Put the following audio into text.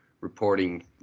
reporting